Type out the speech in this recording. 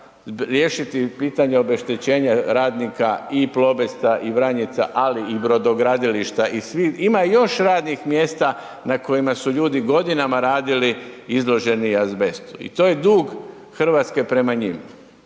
riješiti pitanje obeštećenja radnika i Plobesta i Vranjica, ali i brodogradilišta i svih, ima još radnih mjesta na kojima su ljudi godinama radili izloženi azbestu i to je dug RH prema njima.